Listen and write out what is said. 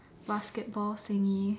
basketball thingy